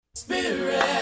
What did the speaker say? Spirit